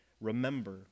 remember